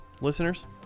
listeners